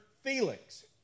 Felix